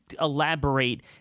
elaborate